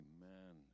Amen